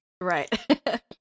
Right